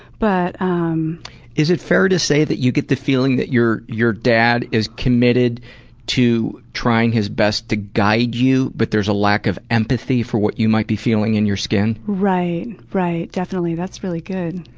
but um is it fair to say that you get the feeling that your your dad is committed to trying his best to guide you, but there's a lack of empathy for what you might be feeling in your skin? right, right. definitely, that's really good.